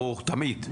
ברור, תמיד.